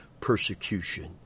persecution